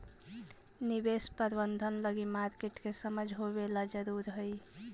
निवेश प्रबंधन लगी मार्केट के समझ होवेला जरूरी हइ